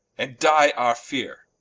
and dye our feare,